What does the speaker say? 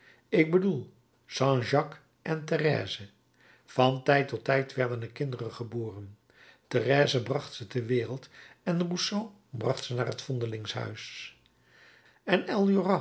ik bedoel jean jacques en therèse van tijd tot tijd werden er kinderen geboren therèse bracht ze ter wereld en rousseau bracht ze naar het vondelingshuis en